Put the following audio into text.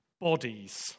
bodies